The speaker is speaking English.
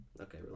Okay